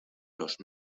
los